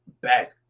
Back